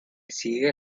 sigue